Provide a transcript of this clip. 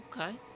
Okay